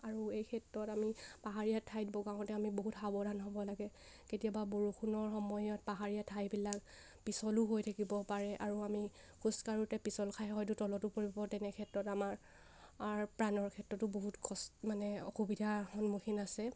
আৰু এই ক্ষেত্ৰত আমি পাহাৰীয়া ঠাইত বগাওঁতে আমি বহুত সাৱধান হ'ব লাগে কেতিয়াবা বৰষুণৰ সময়ত পাহাৰীয়া ঠাইবিলাক পিছলো হৈ থাকিব পাৰে আৰু আমি খোজকাঢ়োতে পিছল খাই হয়তো তলতো পৰিব তেনে ক্ষেত্ৰত আমাৰ প্ৰাণৰ ক্ষেত্ৰতো বহুত কষ্ট মানে অসুবিধাৰ সন্মুখীন আছে